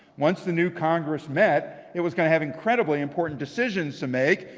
once the new congress met, it was going to have incredibly important decisions to make,